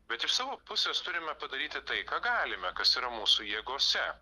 bet iš savo pusės turime padaryti tai ką galime kas yra mūsų jėgose